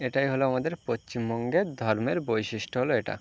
এটাই হলো আমাদের পশ্চিমবঙ্গের ধর্মের বৈশিষ্ট্য হলো এটা